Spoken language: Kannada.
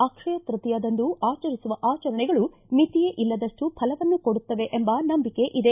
ಅಕ್ಷಯ ತೈತೀಯ ದಂದು ಆಚರಿಸುವ ಆಚರಣೆಗಳು ಮಿತಿಯೇ ಇಲ್ಲದಷ್ಟು ಫಲವನ್ನು ಕೊಡುತ್ತದೆ ಎಂಬ ನಂಬಿಕೆ ಇದೆ